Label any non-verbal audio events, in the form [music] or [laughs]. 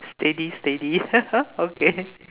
steady steady [laughs] okay